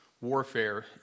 warfare